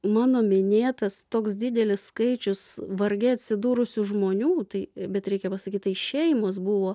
mano minėtas toks didelis skaičius varge atsidūrusių žmonių tai bet reikia pasakyt tai šeimos buvo